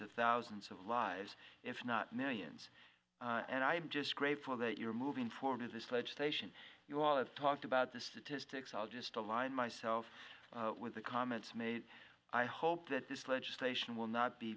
of thousands of lives if not millions and i am just grateful that you're moving forward with this legislation you all have talked about this it is takes i'll just align myself with the comments made i hope that this legislation will not be